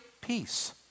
peace